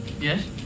Yes